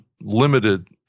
limited